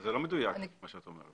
זה לא מדויק מה שאת אומרת.